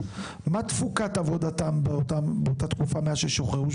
מה תפוקת עבודתם באותה תקופה מאז ששוחררו,